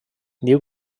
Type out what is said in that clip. diu